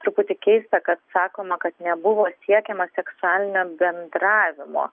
truputį keista kad sakoma kad nebuvo siekiama seksualinio bendravimo